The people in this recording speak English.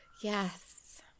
Yes